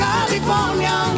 California